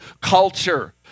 culture